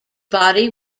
body